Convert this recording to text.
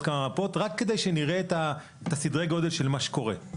כמה מפות רק כדי שנראה את סדרי הגודל של מה שקורה.